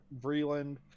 Vreeland